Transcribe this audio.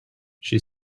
she